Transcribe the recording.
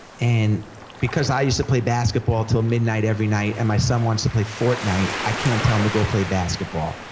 and because i used to play basketball til midnight every night, and my son wants to play fortnite, i can't tell him to go play basketball.